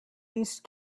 least